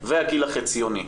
והגיל החציוני.